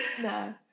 No